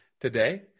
today